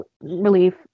relief